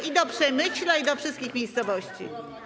I do Przemyśla, i do wszystkich miejscowości.